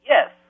Yes